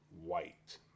white